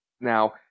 Now